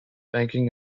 banking